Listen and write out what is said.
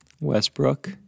westbrook